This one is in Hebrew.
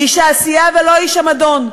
איש העשייה ולא איש המדון,